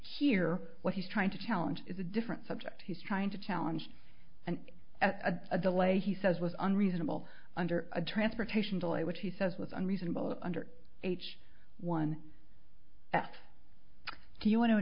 here what he's trying to challenge is a different subject he's trying to challenge and at a delay he says was unreasonable under a transportation delay which he says was unreasonable under h one s do you want to